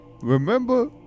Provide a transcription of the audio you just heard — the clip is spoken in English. remember